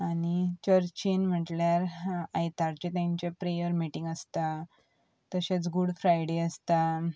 आनी चर्चीन म्हटल्यार आयतारचे तेंचे प्रेयर मिटींग आसता तशेंच गूड फ्रायडे आसता